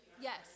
Yes